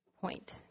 point